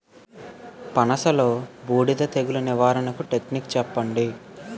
పనస లో బూడిద తెగులు నివారణకు టెక్నిక్స్ చెప్పండి?